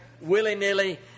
willy-nilly